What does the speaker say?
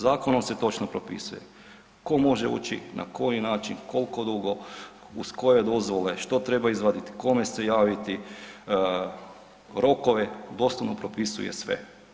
Zakonom se točno propisuje ko može ući, na koji način, koliko dugo, uz koje dozvole, što treba izvaditi, kome se javiti, rokove doslovno propisuje sve.